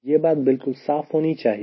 यह बात बिल्कुल साफ़ होनी चाहिए